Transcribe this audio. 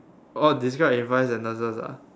orh describe in five sentences ah